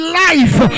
life